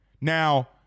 Now